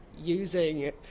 using